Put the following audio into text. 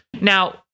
Now